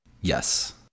Yes